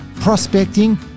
prospecting